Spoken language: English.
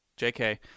JK